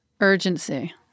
urgency